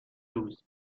روز